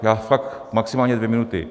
Já fakt maximálně dvě minuty.